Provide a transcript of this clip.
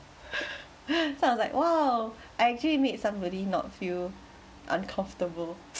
so I was like !wow! I actually you make somebody not feel uncomfortable